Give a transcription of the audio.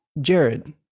Jared